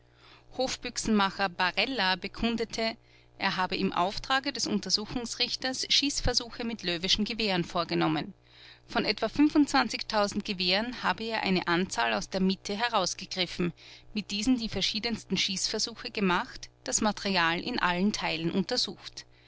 hofbüchsenmacher barella bekundete er habe im auftrage des untersuchungsrichters schießversuche mit löweschen gewehren vorgenommen von etwa gewehren habe er eine anzahl aus der mitte herausgegriffen mit diesen die verschiedensten schießversuche gemacht das material in allen teilen untersucht